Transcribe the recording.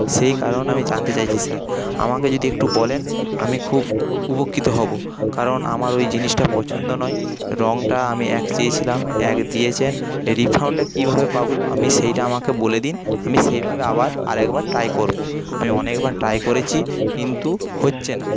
সেই কারণ আমি জানতে চাইছি স্যার আমাকে যদি একটু বলেন আমি খুব উপকৃত হব কারণ আমার ওই জিনিসটা পছন্দ নয় রঙটা আমি এক চেয়েছিলাম এক দিয়েছেন রিফান্ডটা কিভাবে পাবো আমি সেইটা আমাকে বলে দিন আমি সেইভাবে আবার আর একবার ট্রাই করবো আমি অনেকবার ট্রাই করেছি কিন্তু হচ্ছে না